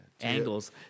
angles